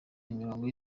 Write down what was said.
imirongo